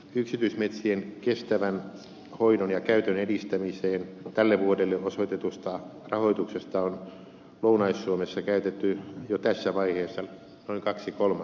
yksityismetsien kestävän hoidon ja käytön edistämiseen tälle vuodelle osoitetusta rahoituksesta on lounais suomessa käytetty jo tässä vaiheessa noin kaksi kolmasosaa